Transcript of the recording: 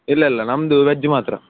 ಇಲ್ಲ ಇಲ್ಲ ನಮ್ಮದು ವೆಜ್ ಮಾತ್ರ